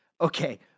Okay